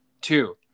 two